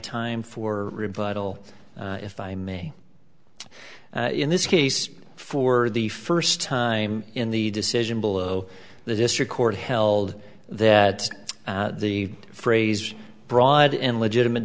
time for rebuttal if i may in this case for the first time in the decision below the district court held that the phrase broad and legitimate